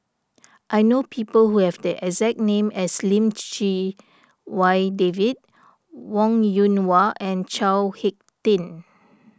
I know people who have the exact name as Lim Chee Wai David Wong Yoon Wah and Chao Hick Tin